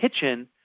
kitchen